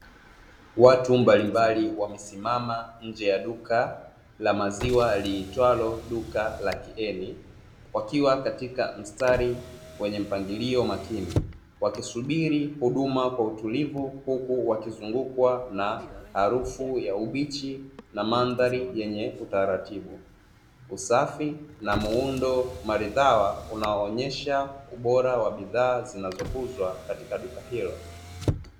Watu mbalimbali wamesimama nje ya duka la maziwa liitwalo duka la Kieni, wakiwa katika mstari wenye mpangilio makini. Wakisubiri huduma kwa utulivu huku wakizungukwa na harufu ya ubichi na madhari yenye utaratibu, usafi na muundo maridhawa unaoonyesha ubora wa bidhaa zinazouzwa katika duka hilo.